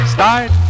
Start